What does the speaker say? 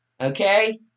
okay